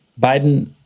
Biden